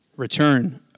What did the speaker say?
Return